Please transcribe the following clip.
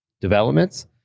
developments